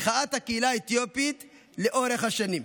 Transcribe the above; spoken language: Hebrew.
מחאת הקהילה האתיופית לאורך השנים,